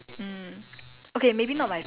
okay maybe